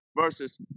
Versus